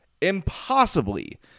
impossibly